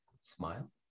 smile